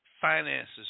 Finances